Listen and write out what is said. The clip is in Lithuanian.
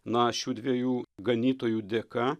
na šių dviejų ganytojų dėka